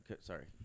Sorry